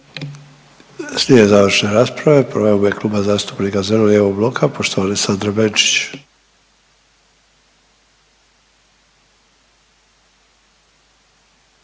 Slijede završne rasprave, prva je u ime Kluba zastupnika zeleno-lijevog bloka poštovane Sandra Benčić.